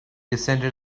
descended